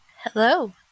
hello